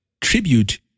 Tribute